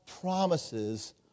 promises